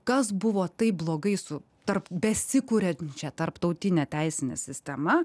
kas buvo taip blogai su tarp besikuriančia tarptautine teisine sistema